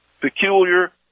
peculiar